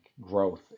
growth